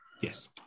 yes